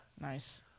Nice